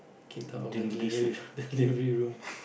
kicked out of the delivery the delivery room